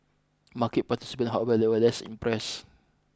market participant however were less impressed